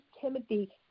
Timothy